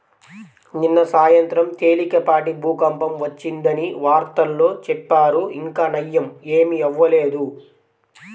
నిన్న సాయంత్రం తేలికపాటి భూకంపం వచ్చిందని వార్తల్లో చెప్పారు, ఇంకా నయ్యం ఏమీ అవ్వలేదు